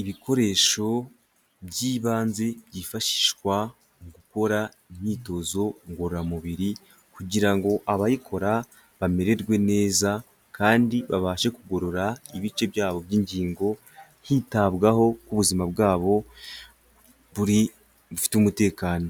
Ibikoresho by'ibanze byifashishwa mu gukora imyitozo ngororamubiri kugira ngo abayikora bamererwe neza kandi babashe kugorora ibice byabo by'ingingo, hitabwaho ko buzima bwabo buri bufite umutekano,